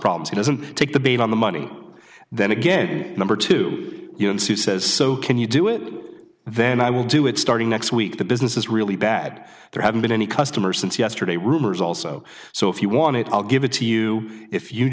problems he doesn't take the bait on the money then again number two you can sue says so can you do it then i will do it starting next week the business is really bad there haven't been any customers since yesterday rumors also so if you want it i'll give it to you if you